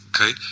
okay